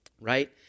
Right